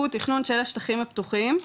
הוא תכנון של השטחים הפתוחים,